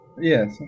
yes